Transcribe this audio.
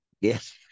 Yes